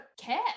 care